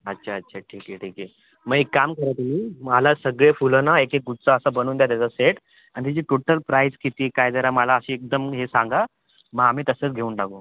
अच्छा अच्छा ठीक आहे ठीक आहे मग एक काम करा तुम्ही मला सगळे फुलं ना एकेक गुच्छ असा बनवून द्या त्याचा सेट आणि जी टोटल प्राईज किती काय जरा मला अशी एकदम हे सांगा मग आम्ही तसंच घेऊन टाकू